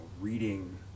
reading